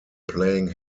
playing